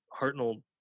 hartnell